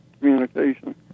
communication